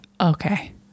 Okay